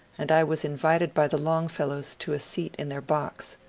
and i was invited by the longfellows to a seat in their box.